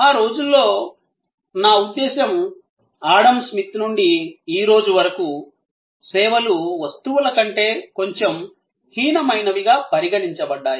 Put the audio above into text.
ఆ రోజుల్లో నా ఉద్దేశ్యం ఆడమ్ స్మిత్ నుండి ఈ రోజు వరకు సేవలు వస్తువుల కంటే కొంచెం హీనమైనవిగా పరిగణించబడ్డాయి